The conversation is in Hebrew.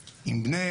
כעם,